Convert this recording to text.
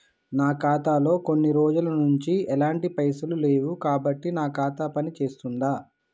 నా ఖాతా లో కొన్ని రోజుల నుంచి ఎలాంటి పైసలు లేవు కాబట్టి నా ఖాతా పని చేస్తుందా?